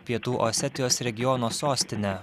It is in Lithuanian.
pietų osetijos regiono sostinę